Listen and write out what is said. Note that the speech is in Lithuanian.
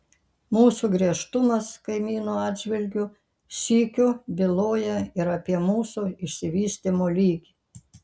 mūsų griežtumas kaimynų atžvilgiu sykiu byloja ir apie mūsų išsivystymo lygį